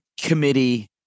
committee